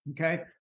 Okay